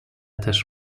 też